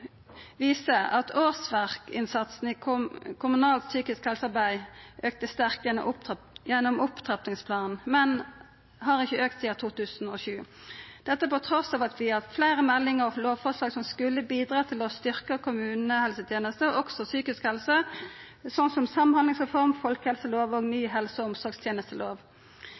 viser at årsverksinnsatsen i kommunalt psykisk helsearbeid auka sterkt gjennom opptrappingsperioden, men at han ikkje har auka sidan 2007, trass i at vi har hatt fleire meldingar og lovforslag som skulle bidra til å styrkja kommunehelsetenesta, også psykisk helse, slik som samhandlingsreform, folkehelselov og ny helse- og omsorgstenestelov.